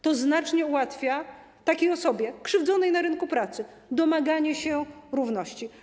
To znacznie ułatwia osobie krzywdzonej na rynku pracy domaganie się równości.